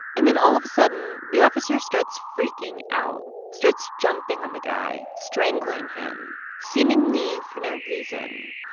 and then all of a sudden, the officer starts freaking out, starts jumping on the guy, strangling him seemingly for no reason.